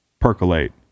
percolate